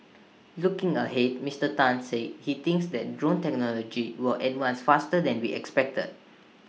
looking ahead Mister Tan said he thinks that drone technology will advance faster than we expect